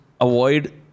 avoid